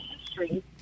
history